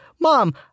mom